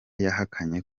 yahakanye